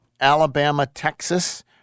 Alabama-Texas